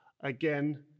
again